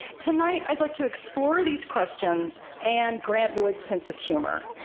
tonight i'd like to explore these questions and grant wood's sense of humor,